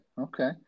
okay